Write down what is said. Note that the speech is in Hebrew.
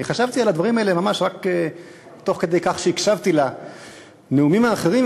אני חשבתי על הדברים האלה ממש רק תוך כדי כך שהקשבתי לנאומים האחרים,